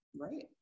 Right